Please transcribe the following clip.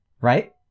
right